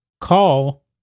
call